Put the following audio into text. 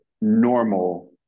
normal